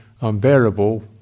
unbearable